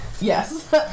yes